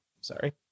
sorry